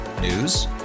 News